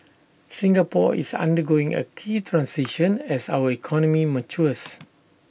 Singapore is undergoing A key transition as our economy matures